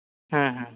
ᱦᱩᱸ ᱦᱩᱸ